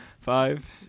Five